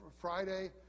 Friday